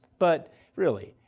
but really,